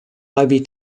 ivy